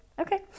Okay